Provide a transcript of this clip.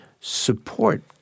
support